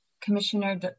Commissioner